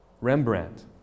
Rembrandt